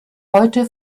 heute